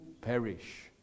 perish